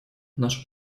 наше